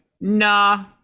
nah